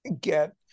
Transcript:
get